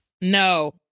No